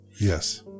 Yes